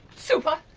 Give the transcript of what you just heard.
super!